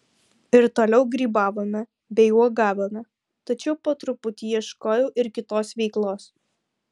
ir toliau grybavome bei uogavome tačiau po truputį ieškojau ir kitos veiklos